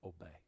obey